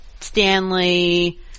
Stanley